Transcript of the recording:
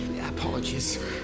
Apologies